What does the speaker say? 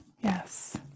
Yes